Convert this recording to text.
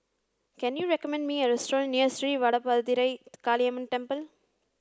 can you recommend me a restaurant near Sri Vadapathira Kaliamman Temple